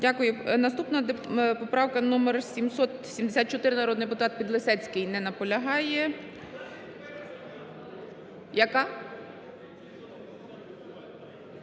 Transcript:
Наступна поправка номер 774, народний депутат Підлісецький. Не наполягає.